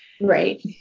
Right